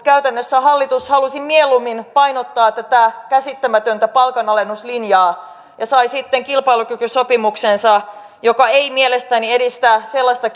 käytännössä hallitus halusi mieluummin painottaa tätä käsittämätöntä palkanalennuslinjaa ja sai sitten kilpailukykysopimuksensa joka ei mielestäni edistä sellaista